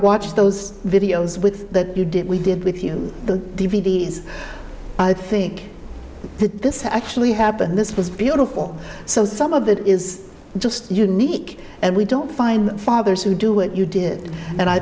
watched those videos with that you did we did with you the d v d is i think that this actually happened this was beautiful so some of that is just unique and we don't find fathers who do what you did and i